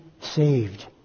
saved